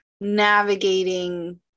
navigating